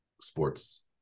sports